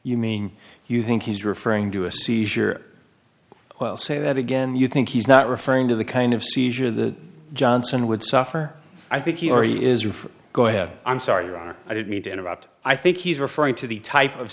you mean you think he's referring to a seizure well say that again you think he's not referring to the kind of seizure the johnson would suffer i think here he is roof go ahead i'm sorry your honor i didn't mean to interrupt i think he's referring to the type of